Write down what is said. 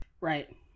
right